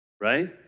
right